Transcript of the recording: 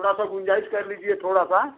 थोड़ा सा गुंजाइश कर लीजिए थोड़ा सा